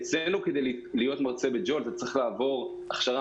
כדי להיות מרצה ב- Joltאתה צריך לעבור הכשרה